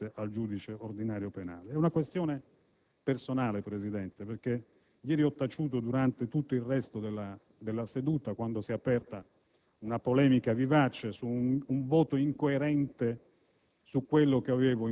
Ad un giudice che abbiamo voluto specializzato per le questioni della convivenza e perché doveva dirimere il naturale dissidio che può verificarsi in una società al giorno d'oggi,